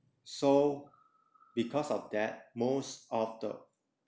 so because of that most of the